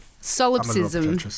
solipsism